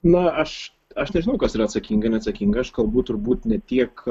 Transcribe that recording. na aš aš nežinau kas yra atsakinga neatsakinga aš kalbu turbūt ne tiek